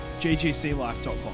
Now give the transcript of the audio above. ggclife.com